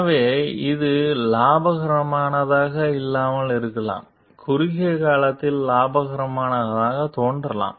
எனவே இது இலாபகரமானதாக இல்லாமல் இருக்கலாம் குறுகிய காலத்தில் இலாபகரமானதாகத் தோன்றலாம்